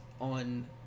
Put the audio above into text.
on